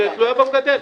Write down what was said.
היא לא תלויה במגדל.